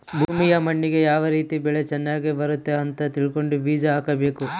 ಭೂಮಿಯ ಮಣ್ಣಿಗೆ ಯಾವ ರೀತಿ ಬೆಳೆ ಚನಗ್ ಬರುತ್ತೆ ಅಂತ ತಿಳ್ಕೊಂಡು ಬೀಜ ಹಾಕಬೇಕು